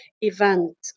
event